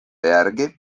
järgi